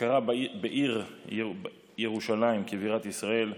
ההכרה בעיר ירושלים כבירת ישראל,